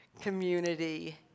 community